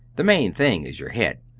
the main thing is your head.